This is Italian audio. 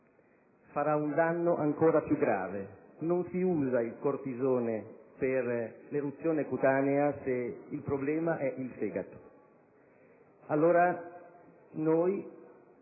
farà un danno ancora più grave. Non si usa il cortisone per l'eruzione cutanea se il problema è il fegato.